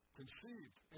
conceived